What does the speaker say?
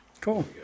Cool